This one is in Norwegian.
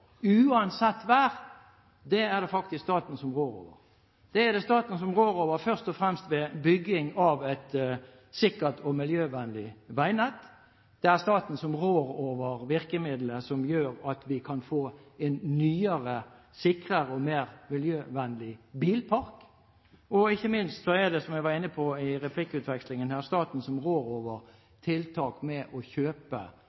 uansett vær, er det faktisk staten som rår over, først og fremst ved bygging av et sikkert og miljøvennlig veinett. Det er staten som rår over virkemidlene som gjør at vi kan få en nyere, sikrere og mer miljøvennlig bilpark, og ikke minst er det, som jeg var inne på i replikkvekslingen, staten som rår